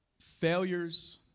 failures